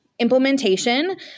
Implementation